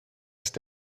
ist